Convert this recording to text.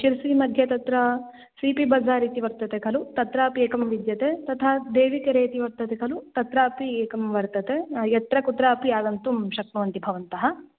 शिर्सी मध्ये तत्र C P bazaar इति वर्तते खलु तत्रापि एकं विद्यते तथा देविकेरे इति वर्तते खलु तत्रापि एकं वर्तते यत्र कुत्रापि आगन्तुं शक्नुवन्ति भवन्तः